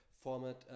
format